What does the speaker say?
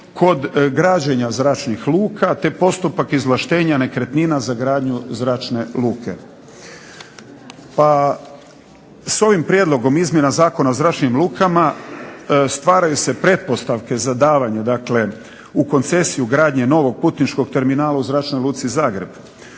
kod građenja zračnih luka, te postupak izvlaštenja nekretnina za gradnju zračne luke. Pa s ovim prijedlogom izmjena Zakona o zračnim lukama stvaraju se pretpostavke za davanje u koncesiju gradnje novog Kutinškog terminala u Zračnoj luci Zagreb